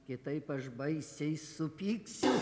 kitaip aš baisiai supyksiu